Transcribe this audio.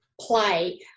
play